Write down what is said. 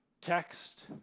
text